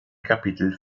kapitel